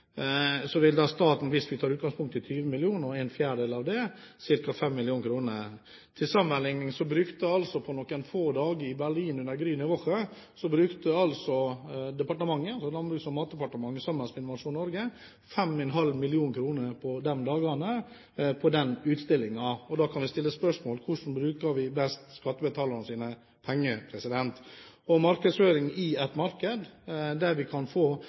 vi tar utgangspunkt i 20 mill. kr, vil staten bidra med ca. 5 mill. kr – altså en fjerdedel. Til sammenlikning: På noen få dager i Berlin under Grüne Woche brukte Landbruks- og matdepartementet sammen med Innovasjon Norge 5,5 mill. kr på dagene under utstillingen. Da kan vi stille spørsmålet: Hvordan bruker vi best skattebetalernes penger? Dette gjelder markedsføring i et marked der vi kan få